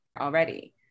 already